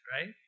right